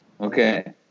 Okay